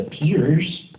appears